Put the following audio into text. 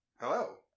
hello